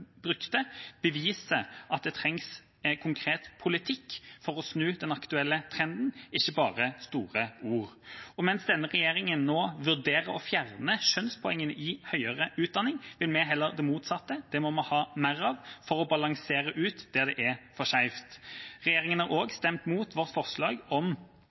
brukte, beviser at det trengs konkret politikk for å snu den aktuelle trenden, ikke bare store ord. Mens denne regjeringa nå vurderer å fjerne kjønnspoengene i høyere utdanning, vil vi heller det motsatte. Det må vi ha mer av for å balansere der det er for skeivt. Regjeringa har også stemt mot vårt forslag om